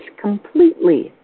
completely